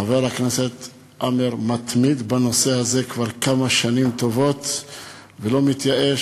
חבר הכנסת עמאר מתמיד בנושא הזה כבר כמה שנים טובות ולא מתייאש.